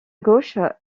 gauche